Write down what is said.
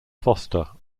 foster